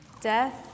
death